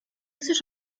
chcesz